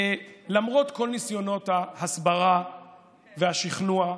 למרות כל ניסיונות ההסברה והשכנוע,